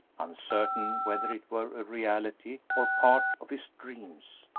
uncertain whether it were a reality or part of his dreams.